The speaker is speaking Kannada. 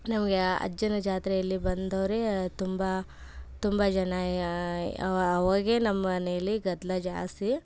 ನಮಗೆ ಅಜ್ಜನ ಜಾತ್ರೆಯಲ್ಲಿ ಬಂದೋರೆ ತುಂಬ ತುಂಬ ಜನ ಅವಾಗ್ಲೆ ನಮ್ಮ ಮನೆಯಲ್ಲಿ ಗದ್ದಲ ಜಾಸ್ತಿ